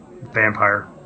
vampire